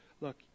look